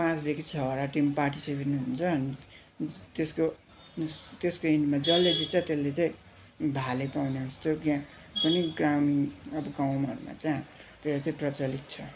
पाँचदेखि छवटा team participant हुन्छ अनि त्यसको त्यसको इन्डमा जसले जित्छ त्यसले चाहिँ भाले पाउने जस्तो यहाँ पनि ग्राम अब गाउँघरमा चाहिँ हाम्रोतिर चाहिँ प्रचलित छ